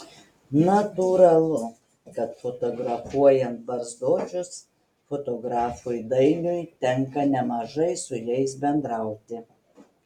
natūralu kad fotografuojant barzdočius fotografui dainiui tenka nemažai su jais bendrauti